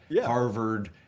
Harvard